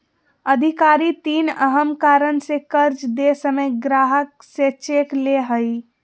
अधिकारी तीन अहम कारण से कर्ज दे समय ग्राहक से चेक ले हइ